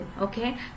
Okay